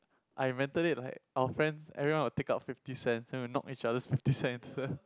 I invented it like our friend everyone will take out fifty cents then we knock each other fifty cents